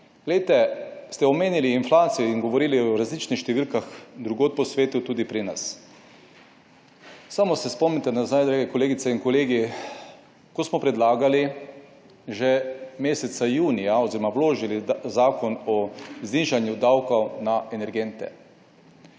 Glejte, ste omenili inflacijo in govorili o različnih številkah drugod po svetu, tudi pri nas. Samo se spomnite nazaj, dragi kolegice in kolegi, ko smo predlagali že meseca junija oziroma vložili Zakon o znižanju davkov na energente,